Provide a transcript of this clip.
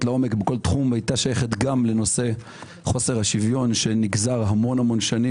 לעומק בכל תחום הייתה שייכת גם לנושא חוסר השוויון שנגזר המון שנים